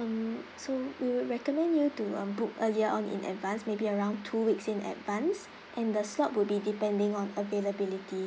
um so we would recommend you to uh book earlier on in advance maybe around two weeks in advance and the slot will be depending on availability